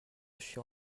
chien